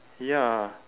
ya